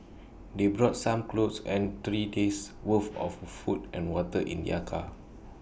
they brought some clothes and three days' worth of food and water in their car